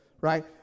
right